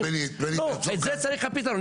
את זה צריך את הפתרון,